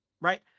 right